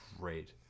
great